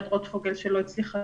גב' רוטפוגל שלא הצליחה